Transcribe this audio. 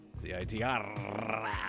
CITR